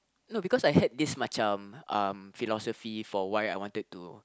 no because I had this macam um philosophy for why I wanted to